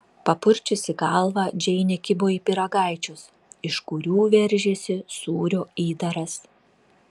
papurčiusi galvą džeinė kibo į pyragaičius iš kurių veržėsi sūrio įdaras